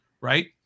right